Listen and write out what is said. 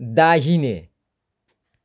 दाहिने